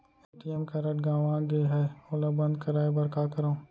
ATM card गंवा गे है ओला बंद कराये बर का करंव?